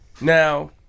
now